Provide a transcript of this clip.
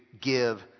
give